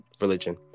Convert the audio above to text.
religion